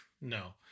No